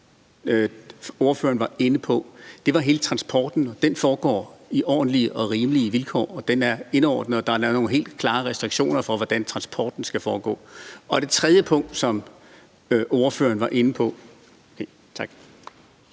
ordføreren var inde på, var hele transporten. Den foregår på ordentlige og rimelige vilkår. Den er velordnet, og der er lavet nogle helt klare restriktioner, i forhold til hvordan transporten skal foregå. Det tredje punkt, som ordføreren var inde på ...